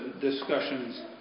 discussions